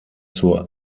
zur